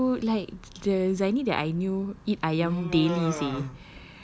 dude you like the zaini that I knew eat ayam daily seh